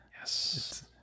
Yes